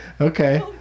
Okay